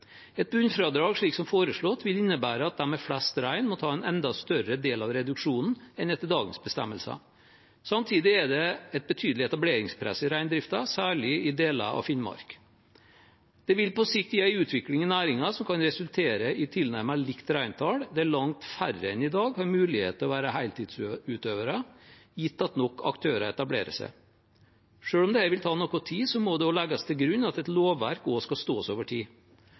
Et bunnfradrag slik som foreslått, vil innebære at de med flest rein må ta en enda større del av reduksjonen enn etter dagens bestemmelser. Samtidig er det et betydelig etableringspress i reindriften, særlig i deler av Finnmark. Det vil på sikt gi en utvikling i næringen som kan resultere i tilnærmet likt reintall der langt færre enn i dag har mulighet til å være heltidsutøvere, gitt at nok aktører etablerer seg. Selv om dette vil ta noe tid, må det også legges til grunn at et lovverk også skal stå seg over tid.